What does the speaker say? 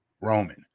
Roman